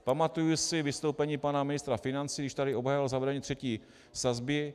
Pamatuji si vystoupení pana ministra financí, když tady obhajoval zavedení třetí sazby.